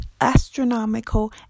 astronomical